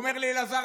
הוא אומר לי: אלעזר,